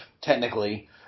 technically